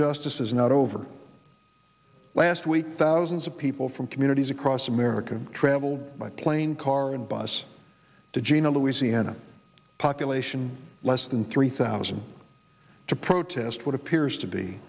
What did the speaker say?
justice is not over last week thousands of people from communities across america traveled by plane car and bus to jena louisiana population less than three thousand to protest what appears to be